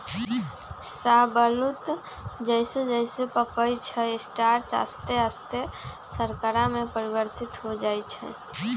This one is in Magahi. शाहबलूत जइसे जइसे पकइ छइ स्टार्च आश्ते आस्ते शर्करा में परिवर्तित हो जाइ छइ